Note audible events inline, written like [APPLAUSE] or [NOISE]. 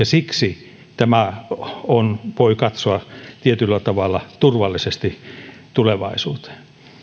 [UNINTELLIGIBLE] siksi voi katsoa tietyllä tavalla turvallisesti tulevaisuuteen